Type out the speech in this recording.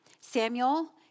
Samuel